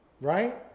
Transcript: right